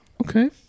Okay